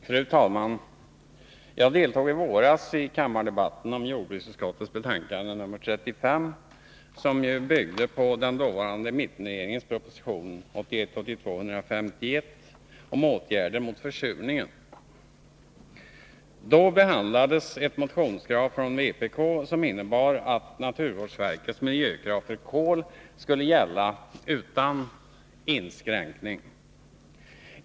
Fru talman! Jag deltog i våras i kammardebatten om jordbruksutskottets betänkande nr 25, som byggde på den dåvarande mittenregeringens proposition 1981/82:151 om åtgärder mot försurningen. Då behandlades ett motionskrav från vpk som innebar att naturvårdsverkets miljökrav för kol skulle gälla utan inskränkning.